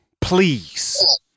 please